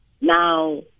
Now